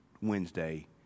Wednesday